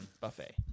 buffet